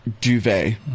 duvet